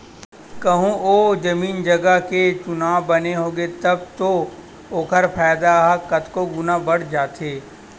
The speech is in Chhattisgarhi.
कहूँ ओ जमीन जगा के चुनाव बने होगे तब तो ओखर फायदा ह कतको गुना बड़ जाथे